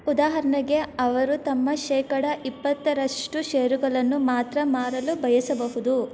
ಉದಾಹರಣೆಗೆ ಅವರು ತಮ್ಮ ಶೇಕಡ ಇಪ್ಪತ್ತರಷ್ಟು ಷೇರುಗಳನ್ನು ಮಾತ್ರ ಮಾರಲು ಬಯಸಬಹುದು